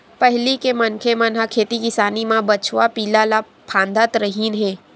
पहिली के मनखे मन ह खेती किसानी म बछवा पिला ल फाँदत रिहिन हे